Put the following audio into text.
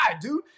dude